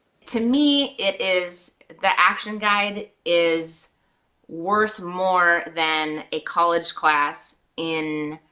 to me it is, the action guide is worth more than a college class in